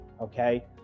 okay